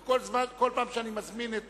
כל פעם שאני מזמין את